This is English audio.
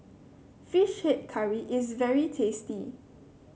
fish head curry is very tasty